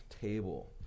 table